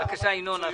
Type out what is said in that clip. בבקשה, ינון.